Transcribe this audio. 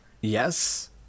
yes